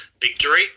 victory